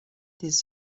des